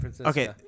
okay